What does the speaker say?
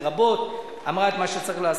בהרבה חוש הומור.